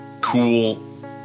cool